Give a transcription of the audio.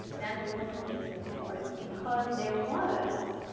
then the woman gets the divorce because there was